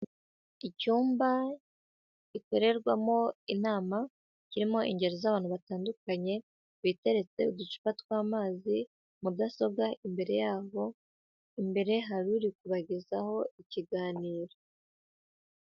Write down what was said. Icyumba gikorerwamo inama kirimo ingeri z'abantu batandukanye, biteretse uducupa tw'amazi, mudasobwa imbere yabo, imbere hari uri kubagezaho ikiganiro.